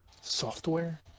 Software